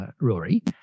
Rory